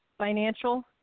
Financial